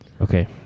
Okay